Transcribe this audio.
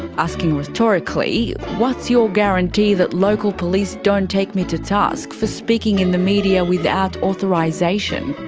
asking rhetorically what's your guarantee that local police don't take me to task for speaking in the media without authorisation?